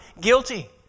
guilty